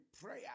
prayer